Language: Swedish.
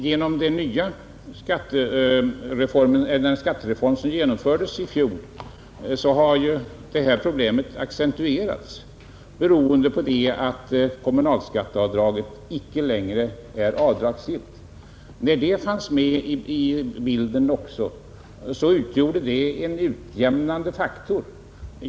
Genom den skattereform som genomfördes i fjol har detta problem accentuerats beroende på att kommunalskatteavdraget icke längre är avdragsgillt. När det fanns med i bilden var det en utjämnande faktor.